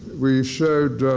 we showed